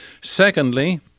Secondly